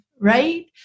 right